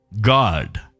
God